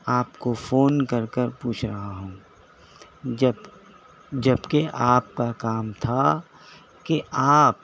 آپ کو فون کر کر پوچھ رہا ہوں جب جبکہ آپ کا کام تھا کہ آپ